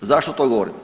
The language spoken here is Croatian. Zašto to govorim?